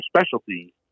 specialty